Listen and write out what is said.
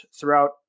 throughout